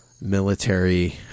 military